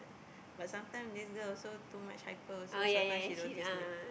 but sometime this girl also too much hyper also sometime she don't want to sleep